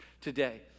today